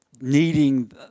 needing